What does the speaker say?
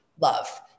love